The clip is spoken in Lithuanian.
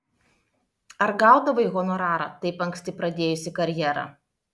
ar gaudavai honorarą taip anksti pradėjusi karjerą